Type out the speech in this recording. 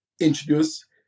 introduce